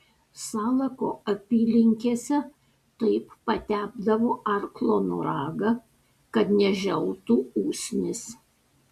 salako apylinkėse taip patepdavo arklo noragą kad neželtų usnys